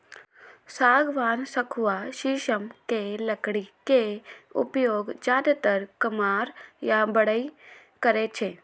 सागवान, सखुआ, शीशम के लकड़ी के उपयोग जादेतर कमार या बढ़इ करै छै